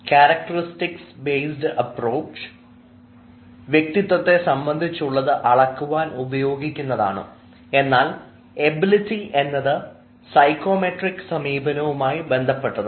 characteristics based approach വ്യക്തിത്വത്തെ സംബന്ധിച്ചുള്ളത് അളക്കുവാൻ ഉപയോഗിക്കുന്നതാണ് എന്നാൽ എബിലിറ്റി എന്നത് സൈക്കോമെട്രിക് സമീപനവുമായി ബന്ധപ്പെട്ടതാണ്